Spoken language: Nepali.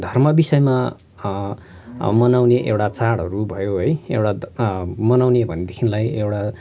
धर्म विषयमा मनाउने एउटा चाडहरू भयो है एउटा मनाउने भनेदेखिलाई एउटा